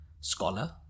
scholar